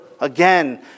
again